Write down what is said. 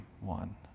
one